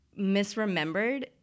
misremembered